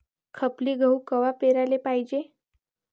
खपली गहू कवा पेराले पायजे?